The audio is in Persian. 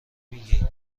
میگی